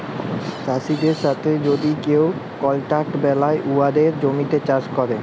চাষীদের সাথে যদি কেউ কলট্রাক্ট বেলায় উয়াদের জমিতে চাষ ক্যরে